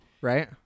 right